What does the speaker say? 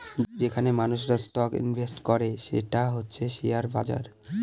যেইখানে মানুষেরা stock invest করে সেটা হচ্ছে শেয়ার বাজার